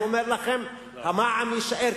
המע"מ יישאר,